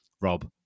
Rob